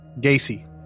Gacy